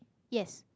yes